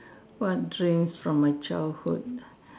what dreams from my childhood